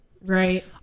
right